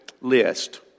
list